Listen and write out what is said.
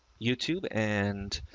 youtube and